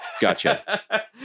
gotcha